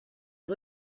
eut